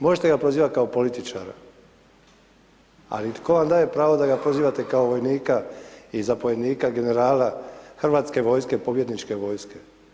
Možete ga prozivati ga političara ali tko vam daje pravo da ga prozivate kao vojnika i zapovjednika generala hrvatske vojske i pobjedničke vojske?